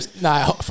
nah